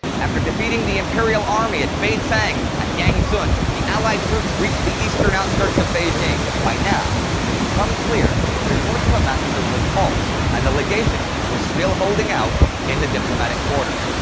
after defeating the imperial army at beicang and yangcun, the allied troops reached the eastern outskirts of beijing. by now, it had become clear that reports of a massacre were false, and the legations were still holding out in the diplomatic quarter.